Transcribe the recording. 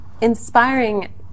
inspiring